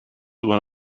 one